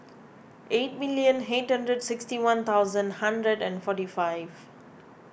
eight million eight hundred sixty one thousand hundred and forty five